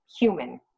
human